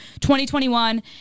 2021